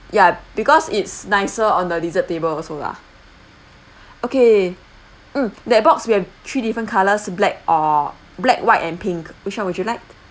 ya because it's nicer on the dessert table also lah okay mm that box we have three different colours black or black white and pink which [one] would you like